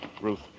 Ruth